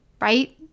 right